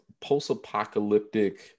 post-apocalyptic